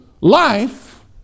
life